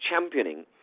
championing